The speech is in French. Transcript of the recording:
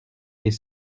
est